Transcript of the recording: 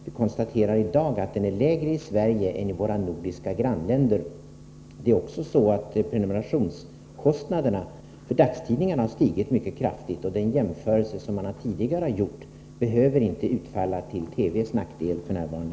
Vi konstaterar i dag att den är lägre i Sverige än i våra nordiska grannländer. Det är också så att prenumerationskostnaderna för dagstidningar har stigit mycket kraftigt, och den jämförelse som man tidigare har gjort behöver inte utfalla till TV:s nackdel f.n.